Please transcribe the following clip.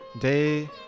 Day